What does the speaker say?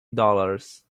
dollars